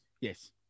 Yes